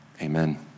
Amen